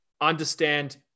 understand